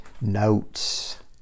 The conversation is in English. notes